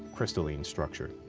crystalline structure?